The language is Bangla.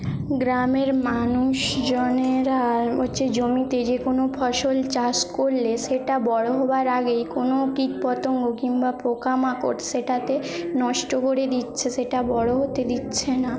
গ্রামের মানুষজনেরা হচ্ছে জমিতে যে কোনো ফসল চাষ করলে সেটা বড়ো হওয়ার আগেই কোনো কীটপতঙ্গ কিংবা পোকামাকড় সেটাতে নষ্ট করে দিচ্ছে সেটা বড়ো হতে দিচ্ছে না